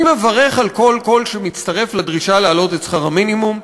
אני מברך על כל קול שמצטרף לדרישה להעלות את שכר המינימום.